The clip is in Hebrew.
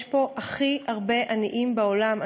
יש פה הכי הרבה עניים בעולם,